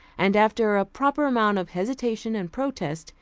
and after a proper amount of hesitation and protest,